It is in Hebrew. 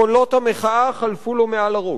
קולות המחאה חלפו לו מעל הראש.